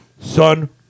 Son